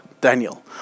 Daniel